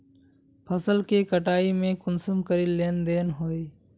फसल के कटाई में कुंसम करे लेन देन होए?